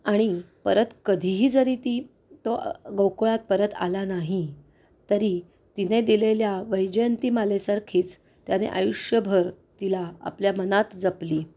आणि परत कधीही जरी ती तो गोकुळात परत आला नाही तरी तिने दिलेल्या वैजयंतीमालेसारखीच त्याने आयुष्यभर तिला आपल्या मनात जपली